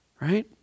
right